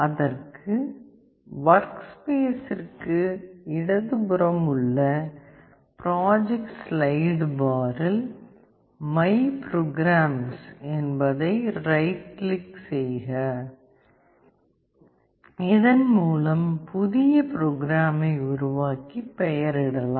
அதற்கு வொர்க்ஸ்பேஸிற்கு இடதுபுறம் உள்ள ப்ராஜெக்ட் ஸ்லைடு பாரில் மை ப்ரோக்ராம்ஸ் என்பதை ரைட் கிளிக் செய்வதன் மூலம் புதிய ப்ரோக்ராமை உருவாக்கி பெயரிடலாம்